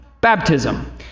baptism